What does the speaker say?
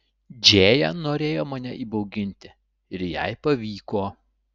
džėja norėjo mane įbauginti ir jai pavyko